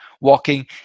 walking